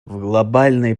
глобальной